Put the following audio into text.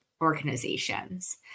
organizations